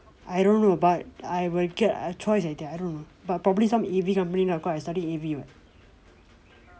I don't know but I will get a choice I think I don't know but probably some A_V company lah cause I study A_V [what]